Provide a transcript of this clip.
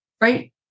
right